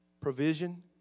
Provision